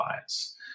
bias